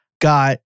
got